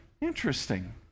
Interesting